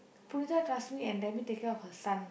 Punitha trusts me and let me take care of her son